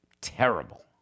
terrible